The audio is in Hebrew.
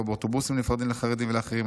לא באוטובוסים נפרדים לחרדים ולאחרים,